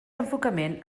enfocament